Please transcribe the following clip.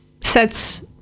sets